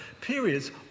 periods